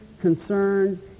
concerned